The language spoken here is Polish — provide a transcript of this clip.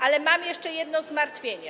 Ale mam jeszcze jedno zmartwienie.